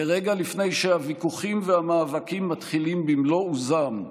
ורגע לפני שהוויכוחים והמאבקים מתחילים במלוא עוזם,